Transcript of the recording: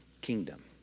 kingdom